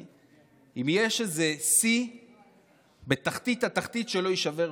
אם יש איזה שיא בתחתית התחתית שלא יישבר פה,